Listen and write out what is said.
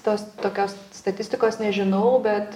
tos tokios statistikos nežinau bet